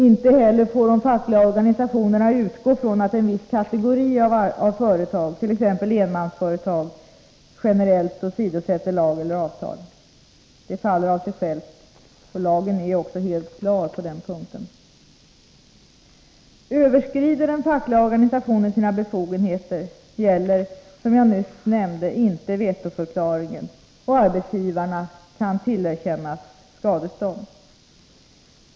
Inte heller får de fackliga organisationerna utgå från att en viss kategori av företag, t.ex. enmansföretag, generellt åsidosätter lag eller avtal. Det faller av sig självt, och lagen är också helt klar på den punkten. Överskrider den fackliga organisationen sina befogenheter gäller, som jag nyss nämnde, inte vetoförklaringen, och arbetsgivaren kan tillerkännas skadestånd.